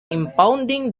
impounding